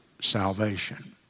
salvation